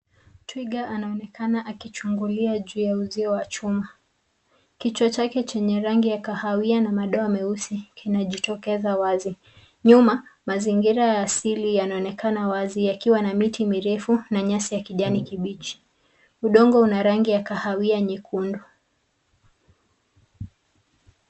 Twiga anaonekana akichungulia juu ya uzio wa chuma. Kichwa chake chenye rangi ya kahawia na madoa meusi inajitokeza wazi. Nyuma, mazingira ya asili yanaonekana wazi yakiwa na miti mirefu na nyasi ya kijani kibichi. Udongo una rangi ya kahawia nyekundu.